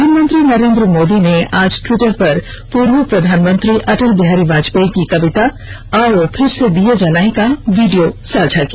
प्रधानमंत्री नरेन्द्र मोदी ने आज ट्वीटर पर पूर्व प्रधानमंत्री अटल बिहारी बाजपेयी की कविता आओ फिर से दीये जलाएं का वीडियो साझा किया